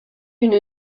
une